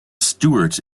stuart